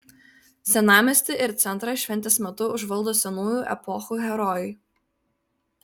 senamiestį ir centrą šventės metu užvaldo senųjų epochų herojai